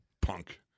punk